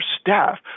staff